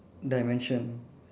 dimension